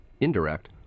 indirect